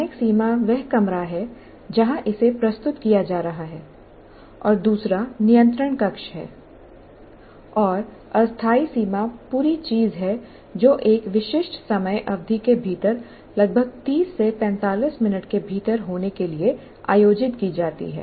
स्थानिक सीमा वह कमरा है जहां इसे प्रस्तुत किया जा रहा है और दूसरा नियंत्रण कक्ष है और अस्थायी सीमा पूरी चीज है जो एक विशिष्ट समय अवधि के भीतर लगभग 30 से 45 मिनट के भीतर होने के लिए आयोजित की जाती है